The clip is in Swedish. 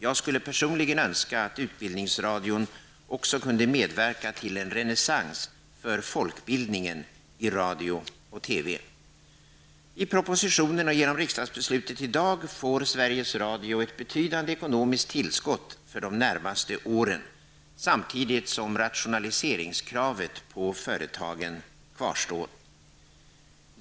Jag skulle personligen önska att Utbildningsradion också kunde medverka till en renässans för folkbildning i radio och television. Enligt propositionen och genom riksdagens beslut i dag får Sveriges Radio ett betydande ekonomiskt tillskott för de närmaste åren, samtidigt som rationaliseringskravet på företaget kvarstår.